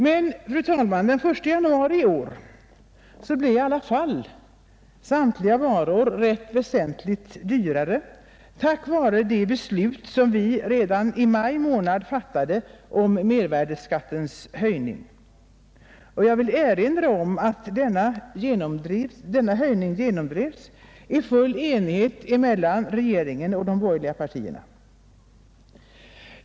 Men, fru talman, den 1 januari i år blev alla varor rätt väsentligt dyrare på grund av det beslut som redan i maj månad förra året fattades om mervärdeskattens höjning. Jag vill erinra om att denna höjning genomdrevs i full enighet mellan regeringen och de borgerliga partierna.